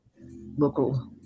local